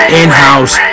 in-house